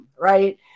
right